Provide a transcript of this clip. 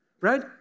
right